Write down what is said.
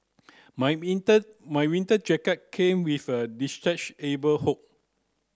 my winter my winter jacket came with a hood